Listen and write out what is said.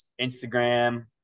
Instagram